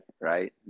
right